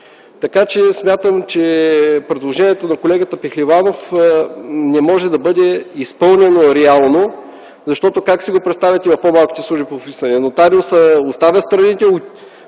Така че смятам, че предложението на колегата Пехливанов не може да бъде изпълнено реално. Защото как си го представяте в по-малките служби по вписвания – нотариусът оставя страните,